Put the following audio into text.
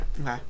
okay